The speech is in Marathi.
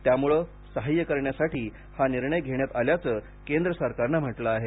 त्यामुळे साह्य करण्यासाठी हा निर्णय घेण्यात आल्याचं केंद्र सरकारनं म्हटलं आहे